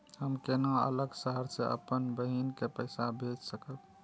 हम केना अलग शहर से अपन बहिन के पैसा भेज सकब?